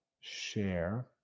Share